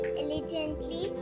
elegantly